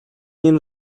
این